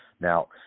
Now